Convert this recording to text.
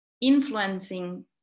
influencing